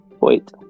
Wait